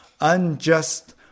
unjust